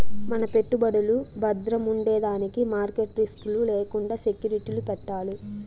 మన పెట్టుబడులు బద్రముండేదానికి మార్కెట్ రిస్క్ లు లేకండా సెక్యూరిటీలు పెట్టాలి